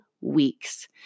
weeks